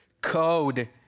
code